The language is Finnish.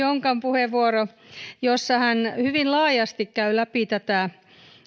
jonkan puheenvuoro jossa hän hyvin laajasti käy läpi tätä